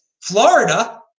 Florida